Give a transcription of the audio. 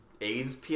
AIDS